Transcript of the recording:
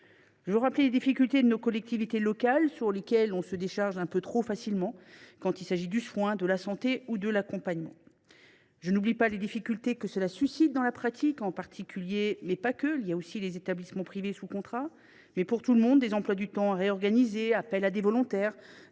Je veux rappeler les difficultés de nos collectivités locales, sur lesquelles on se décharge un peu trop facilement quand il s’agit du soin, de la santé ou de l’accompagnement. Je n’oublie pas les problèmes que cela suscite dans la pratique, notamment, mais pas seulement, pour les établissements privés sous contrat : il faut réorganiser les emplois du temps, faire appel à des volontaires,